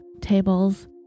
tables